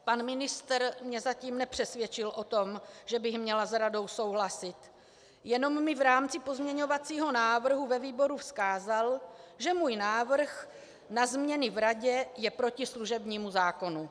Pan ministr mě zatím nepřesvědčil o tom, že bych měla s radou souhlasit, jenom mi v rámci pozměňovacího návrhu ve výboru vzkázal, že můj návrh na změny v radě je proti služebnímu zákonu.